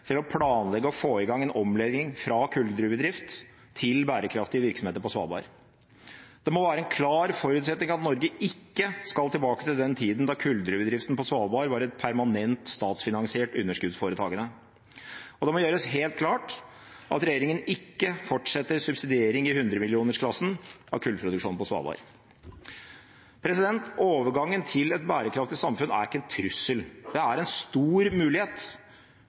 til å planlegge og få i gang en omlegging fra kullgruvedrift til bærekraftige virksomheter på Svalbard. Det må være en klar forutsetning at Norge ikke skal tilbake til den tida da kullgruvedriften på Svalbard var et permanent statsfinansiert underskuddsforetak. Og det må gjøres helt klart at regjeringen ikke fortsetter subsidiering i 100-millionersklassen av kullproduksjonen på Svalbard. Overgangen til et bærekraftig samfunn er ikke en trussel. Det er en stor mulighet,